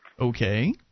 Okay